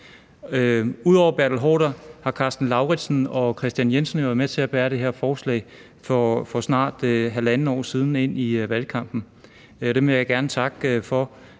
Ud over Bertel Haarder har Karsten Lauritzen og Kristian Jensen jo været med til at bære det her forslag ind i valgkampen for snart halvandet år siden. Dem vil jeg gerne takke for